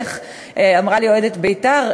איך אמרה לי אוהדת "בית"ר"?